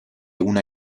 una